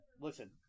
listen